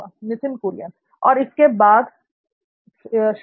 नित्थिन कुरियन और फिर इसके बाद शायद